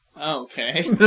Okay